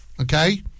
okay